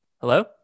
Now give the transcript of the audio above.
Hello